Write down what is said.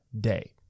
day